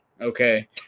Okay